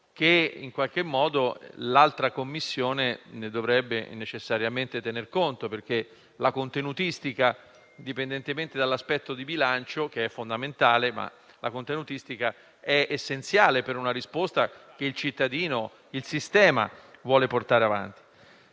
cui in qualche modo la Commissione bilancio dovrebbe necessariamente tener conto perché la contenutistica, indipendentemente dall'aspetto di bilancio che è fondamentale, è essenziale per una risposta che il cittadino e il sistema vogliono portare avanti.